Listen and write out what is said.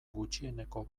gutxieneko